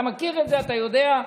אתה מכיר את זה, אתה יודע את מה שהיה.